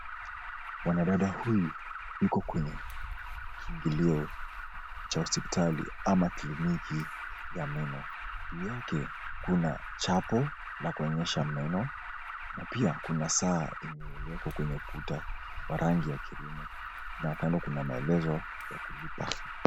Mwanadada huyu yuko kwenye kiingilio cha hospitali ama kliniki ya meno. Juu yake kuna chapo la kuonyesha meno na pia kuna saa iliowekwa kwenye ukuta wa rangi ya kirimu na kando kuna maelezo ya kulipa.